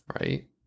right